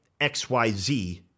XYZ